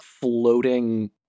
floating